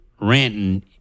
ranting